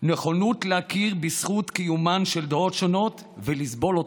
נכונות להכיר בזכות קיומן של דעות שונות ולסבול אותן.